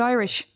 Irish